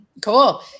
Cool